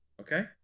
okay